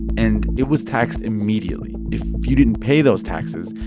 and it was taxed immediately. if you didn't pay those taxes,